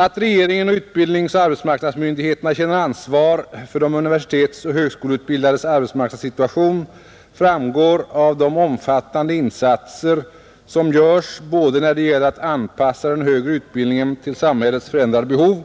Att regeringen och utbildningsoch arbetsmarknadsmyndigheterna känner ansvar för de universitetsoch högskoleutbildades arbetsmarknadssituation framgår av de omfattande insatser som görs både när det gäller att anpassa den högre utbildningen till samhällets förändrade behov